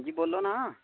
हां जी बोल्लो ना